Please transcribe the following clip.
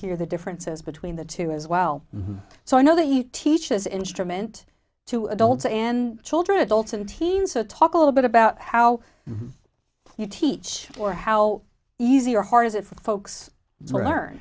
hear the differences between the two as well so i know that he teaches instrument to adults and children adults and teens so talk a little bit about how you teach or how easy or hard is it for folks